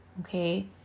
okay